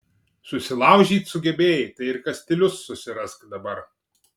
susilaužyt sugebėjai tai ir kastilius susirask dabar